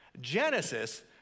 Genesis